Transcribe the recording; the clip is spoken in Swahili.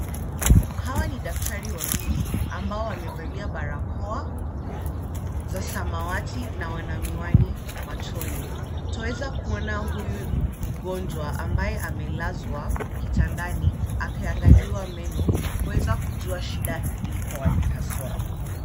Hawa ni daktari wawili ambao wamevalia barakoa za samawati na wana wiwani machoni. Twaweza kuona huyu mgonjwa ambaye amelazwa kitandani akiangaliwa meno kuweza kujua shida liko wapi haswa.